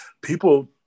People